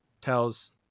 tells